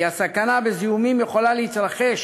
כי הסכנה בזיהומים יכולה להתרחש